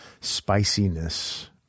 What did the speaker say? spiciness